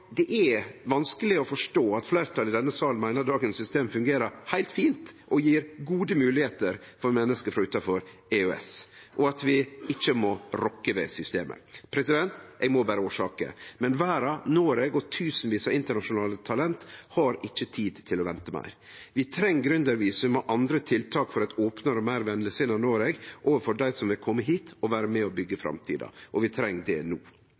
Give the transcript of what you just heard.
det er vanskeleg å forstå at fleirtalet i denne salen meiner dagens system fungerer heilt fint og gir gode moglegheiter for menneske frå utanfor EØS, og at vi ikkje må rokke ved systemet. Eg må berre orsake, president, men verda, Noreg og tusenvis av internasjonale talent har ikkje tid til å vente meir. Vi treng gründervisum og andre tiltak for eit meir opent og meir venlegsinna Noreg overfor dei som vil komme hit og vere med og byggje framtida, og vi treng det no.